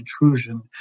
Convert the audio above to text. intrusion